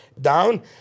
down